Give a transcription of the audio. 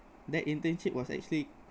that internship was actually